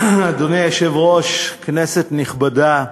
אדוני היושב-ראש, כנסת נכבדה,